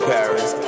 Paris